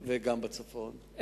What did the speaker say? וגם בצפון.